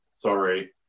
sorry